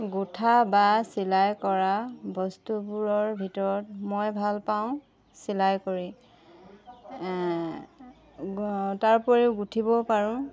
গোঁঠা বা চিলাই কৰা বস্তুবোৰৰ ভিতৰত মই ভাল পাওঁ চিলাই কৰি তাৰোপৰিও গুঠিবও পাৰোঁ